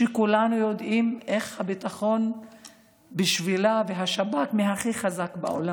שכולנו יודעים איך הביטחון בשבילה והשב"כ הכי חזק בעולם,